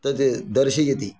तत् दर्शयति